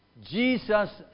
Jesus